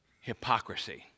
hypocrisy